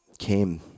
came